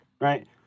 Right